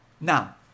Now